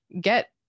Get